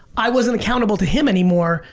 i wasn't accountable to him anymore,